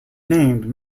named